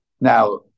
Now